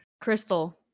crystal